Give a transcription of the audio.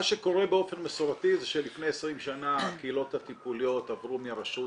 מה שקורה באופן מסורתי זה שלפני 20 שנה הקהילות הטיפוליות עברו מהרשות